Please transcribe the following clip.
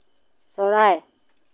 চৰাই